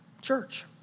Church